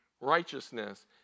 righteousness